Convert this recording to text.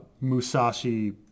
Musashi